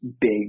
Big